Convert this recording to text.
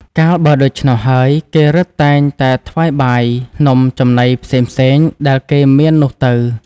កាលបើដូច្នោះហើយ គេរឹតតែងតែថ្វាយបាយ នំ ចំណីផ្សេងៗ ដែលគេមាននោះទៅ